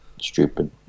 Stupid